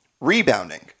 Rebounding